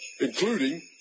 including